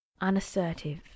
unassertive